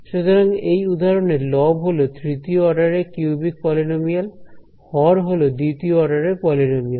সুতরাং এই উদাহরণে লব হল তৃতীয় অর্ডারের কিউবিক পলিনোমিয়াল হর হল দ্বিতীয় অর্ডারের পলিনোমিয়াল